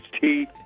teeth